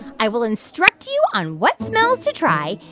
i will instruct you on what smells to try.